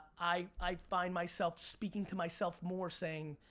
i i find myself speaking to myself more saying,